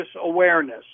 awareness